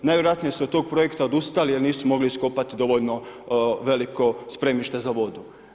Najvjerojatnije se od tog projekta odustalo jer nisu mogli iskopati dovoljno veliko spremište za vodu.